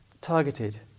targeted